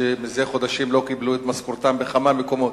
שמזה חודשים לא קיבלו את משכורתם, בכמה מקומות.